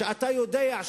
שאתה יודע,